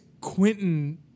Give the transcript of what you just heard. Quentin